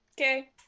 Okay